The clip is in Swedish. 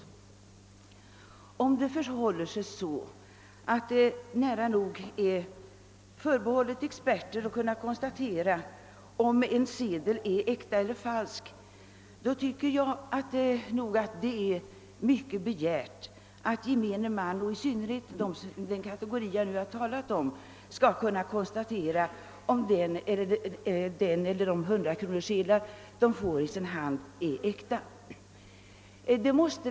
Om det är så att det praktiskt taget bara är experter förbehållet att kunna konstatera om en sedel är äkta eller falsk, tycker jag att det är för mycket begärt att gemene man — och speciellt de gamla som jag talat om — skall kunna upptäcka om de hundrakronorssedlar de får i sin hand är äkta eller inte.